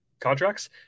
contracts